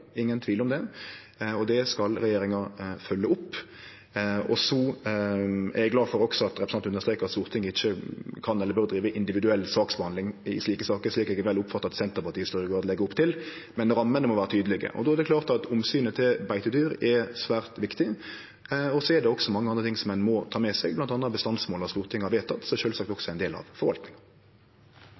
ingen tvil om det. Det skal regjeringa følgje opp. Så er eg også glad for at representanten understreka at Stortinget ikkje kan eller bør drive individuell saksbehandling i slike saker, slik eg vel har oppfatta at Senterpartiet i større grad legg opp til, men rammene må vere tydelege. Då er det klart at omsynet til beitedyr er svært viktig, og så er det også mange andre ting som ein må ta med seg, bl.a. bestandsmåla som Stortinget har vedteke, som sjølvsagt også er ein del av forvaltninga.